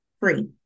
free